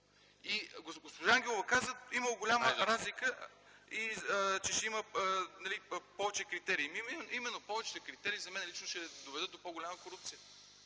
Госпожа Найденова каза, че имало голяма разлика, че ще има повече критерии. Именно, повечето критерии за мен лично ще доведат до по-голяма корупция,